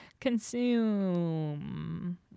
consume